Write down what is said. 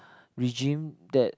regime that